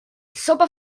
sopa